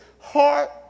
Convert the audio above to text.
heart